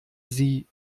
sie